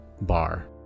bar